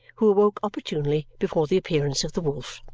who awoke opportunely before the appearance of the wolf.